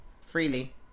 freely